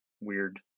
weird